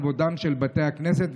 בכבודם של בתי הכנסת.